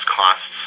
costs